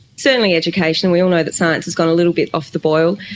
certainly education. we all know that science has gone a little bit off the boil.